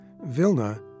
Vilna